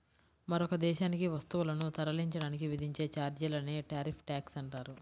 మరొక దేశానికి వస్తువులను తరలించడానికి విధించే ఛార్జీలనే టారిఫ్ ట్యాక్స్ అంటారు